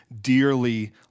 dearly